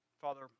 Father